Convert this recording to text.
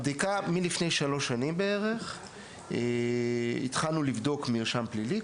החל מלפני בערך שלוש שנים התחלנו לבדוק מרשם פלילי,